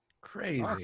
Crazy